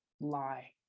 lie